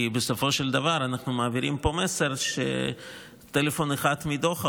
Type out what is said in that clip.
כי בסופו של דבר אנחנו מעבירים פה מסר שטלפון אחד מדוחה